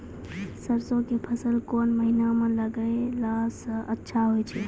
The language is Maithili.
सरसों के फसल कोन महिना म लगैला सऽ अच्छा होय छै?